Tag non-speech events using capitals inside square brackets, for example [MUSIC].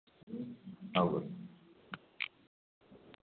[UNINTELLIGIBLE]